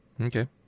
Okay